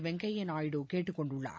வெங்கையா நாயுடு கேட்டுக்கொண்டுள்ளார்